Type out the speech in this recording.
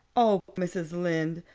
oh, mrs. lynde,